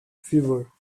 fever